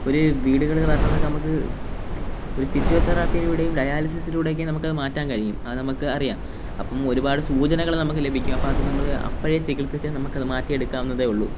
ഒരു വീടുകളില് വരുന്നതൊക്കെ നമ്മള്ക്ക് ഒരു ഫിസിയോതെറാപ്പിയിലൂടെയും ഡയാലിസിസിലൂടെയൊക്കെ നമ്മള്ക്കത് മാറ്റാന് കഴിയും അത് നമ്മള്ക്ക് അറിയാം അപ്പോള് ഒരുപാട് സൂചനകള് നമ്മള്ക്ക് ലഭിക്കും അപ്പോള് അത് നമ്മള് അപ്പഴേ ചികിത്സിച്ചാല് നമ്മള്ക്കത് മാറ്റി എടുക്കാവുന്നതേ ഉള്ളു